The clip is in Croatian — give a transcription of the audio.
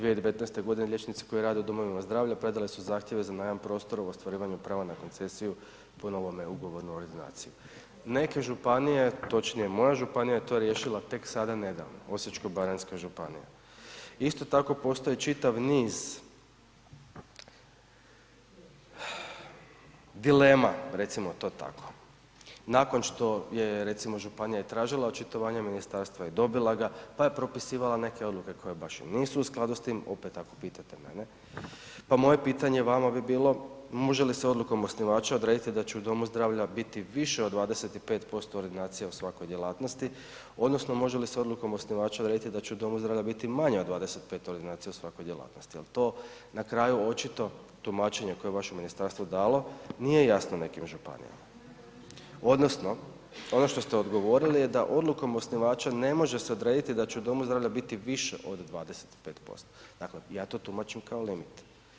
2019. g. liječnici koji rade u domovima zdravlja predali su zahtjeve za najam prostora u ostvarivanju prava na koncesiju po novome ugovoru ... Neke županije, točnije moja županija je to riješila tek sada nedavno, Osječko-baranjska županija. isto tako postoji čitav niz dilema recimo to tako, nakon što je recimo županija i tražila očitovanje i dobila i ga, pa je propisivala neke odluke koje baš i nisu u skladu sa tim, opet ako pitate mene, pa moje pitanje vama bi bilo može li se odlukom osnivača odrediti da će u domu zdravlja biti više od 25% ordinacija u svakoj djelatnosti odnosno može li se odlukom osnivača urediti da će u domu zdravlja biti manja od 25% ordinacija u svakoj djelatnosti jer to je na kraju očito tumačenje koje vaše ministarstvo dalo, nije jasno nekim županijama odnosno ono što ste odgovorili je da odlukom osnivača ne može se odrediti da će u domu zdravlja biti više od 25%, dakle ja to tumačim kao limit.